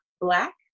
black